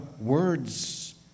words